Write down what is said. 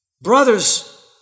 Brothers